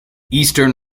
eastern